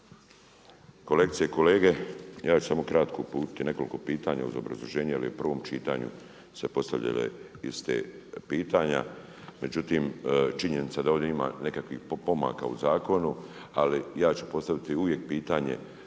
kolegice i kolege ja ću samo kratko uputiti nekoliko pitanja uz obrazloženje jer je u prvom čitanju se postavlja da …/Govornik se ne razumije./… pitanja. Međutim, činjenica da ovdje ima nekakvih pomaka u zakonu, ali ja ću postaviti uvijek pitanje